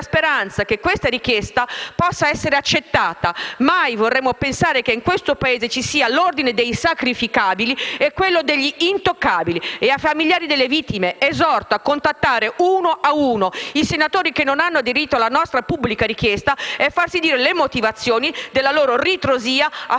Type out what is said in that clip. speranza che questa richiesta possa essere accettata. Mai vorremmo pensare che in questo Paese ci sia l'ordine del sacrificabili e quello degli intoccabili. Esorto i familiari delle vittime a contattare uno ad uno i senatori che non hanno aderito alla nostra pubblica richiesta e a farsi dire le motivazioni della loro ritrosia a